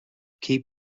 keep